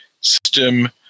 system